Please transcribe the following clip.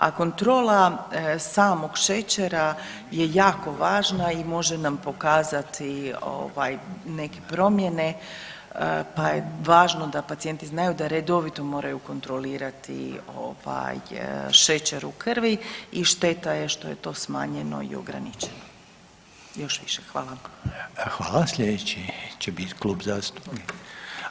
A kontrola samog šećera je jako važna i može nam pokazati ovaj, neke promjene, pa je važno da pacijenti znaju da redovito moraju kontrolirati šećer u krvi i šteta je što je to smanjeno i ograničeno još više.